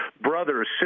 brothers